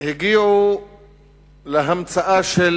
הגיעו להמצאה של